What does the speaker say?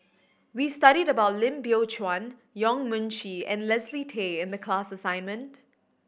we studied about Lim Biow Chuan Yong Mun Chee and Leslie Tay in the class assignment